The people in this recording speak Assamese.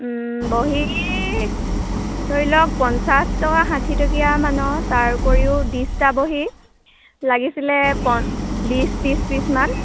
বহী ধৰি লওক পঞ্চাছ টকা ষাঠিটকীয়ামানৰ তাৰ উপৰিও দিস্তা বহী লাগিছিলে বিছ ত্ৰিছ পিছমান